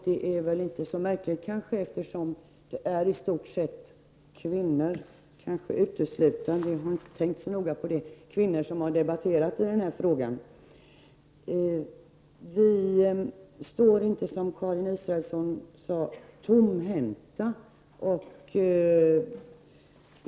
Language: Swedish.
Det är kanske inte så märkligt, eftersom det i stort sett uteslutande — jag har inte tänkt så noga på det — är kvinnor som har debatterat den här frågan. Vi står inte, som Karin Israelsson sade, tomhänta.